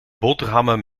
boterhammen